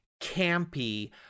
campy